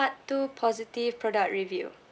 part two positive product review